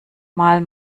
mal